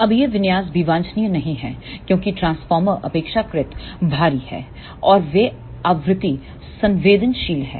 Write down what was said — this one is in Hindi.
अब यह विन्यास भी वांछनीय नहीं है क्योंकि ट्रांसफार्मर अपेक्षाकृत भारी है और वे आवृत्ति संवेदनशील हैं